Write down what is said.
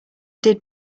did